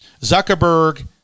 Zuckerberg